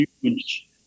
huge